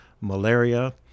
malaria